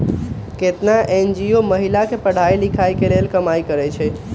केतना एन.जी.ओ महिला के पढ़ाई लिखाई के लेल काम करअई छई